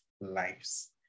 lives